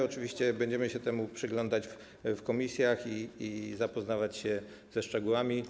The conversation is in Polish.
Oczywiście będziemy się temu przyglądać w komisjach i zapoznawać się ze szczegółami.